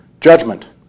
Judgment